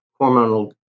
hormonal